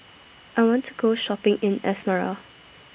I want to Go Shopping in Asmara